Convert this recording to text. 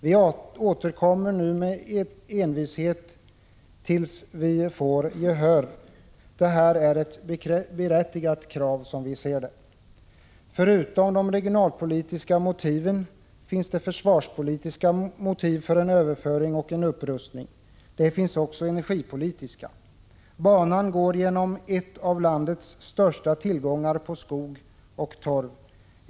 Vi upprepar envist våra krav ända till dess att våra krav vinner gehör. Det är, som vi ser saken, fråga om berättigade krav. Förutom de regionalpolitiska motiven finns det försvarspolitiska motiv för en överföring mot en upprustning. Vidare finns det energipolitiska motiv. Inlandsbanan går nämligen genom ett område där ett av landets största tillgångar på skog och torv finns.